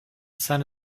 sun